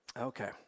Okay